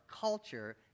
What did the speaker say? culture